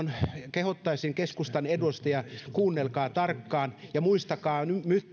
kehottaisin keskustan edustajia kuunnelkaa tarkkaan ja muistakaa